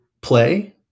play